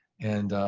and